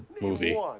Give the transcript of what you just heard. movie